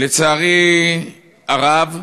לצערי הרב,